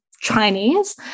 Chinese